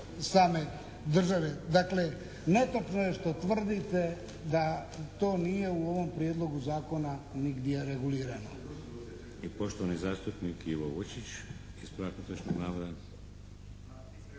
same države. Dakle, netočno je što tvrdite da to nije u ovom Prijedlogu zakona nigdje regulirano.